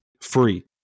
free